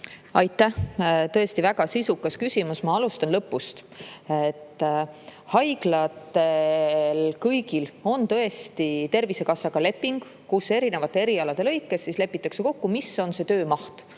Aitäh! Tõesti väga sisukas küsimus. Ma alustan lõpust. Kõigil haiglatel on Tervisekassaga leping, kus erinevate erialade lõikes lepitakse kokku, mis on töömaht,